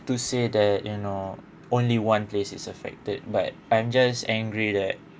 to say that you know only one place is affected but I'm just angry that